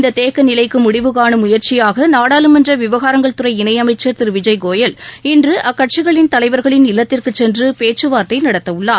இந்த தேக்க நிலைக்கு முடிவு காணும் முயற்சியாக நாடாளுமன்ற விவகாரங்கள் துறை இணை அமைச்சர் திரு விஜய் கோயல் இன்று அக்கட்சிகளின் தலைவர்களின் இல்லத்திற்கு சென்று பேச்சு வார்த்தை நடத்தவுள்ளார்